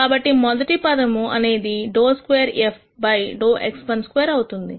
కాబట్టి మొదటి పదము అనేది ∂2 f ∂x12 అవుతుంది